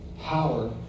power